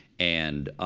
and